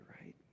right